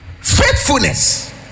faithfulness